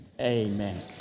Amen